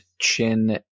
Chin